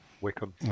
Wickham